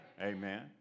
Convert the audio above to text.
Amen